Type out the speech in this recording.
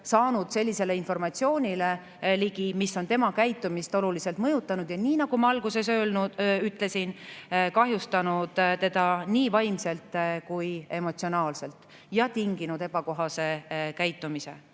saanud sellisele informatsioonile ligi, mis on tema käitumist oluliselt mõjutanud, ja nagu ma alguses ütlesin, kahjustanud teda nii vaimselt kui ka emotsionaalselt ning tinginud ebakohase käitumise.